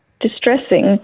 distressing